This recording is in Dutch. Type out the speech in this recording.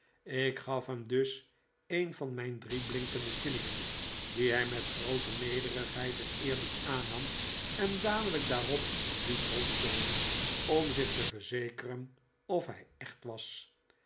ik gaf hem dus een van mijn drie blinkende shillingen dien hij met groote nederigheid en eerbied aannam en dadelijkdaarop liet rondtollen om zich te verzekeren of hij echt was